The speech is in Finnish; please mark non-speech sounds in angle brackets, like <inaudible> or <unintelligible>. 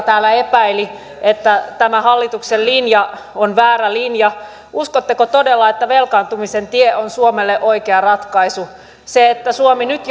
<unintelligible> täällä epäili että tämä hallituksen linja on väärä linja uskotteko todella että velkaantumisen tie on suomelle oikea ratkaisu että se että suomi nyt <unintelligible>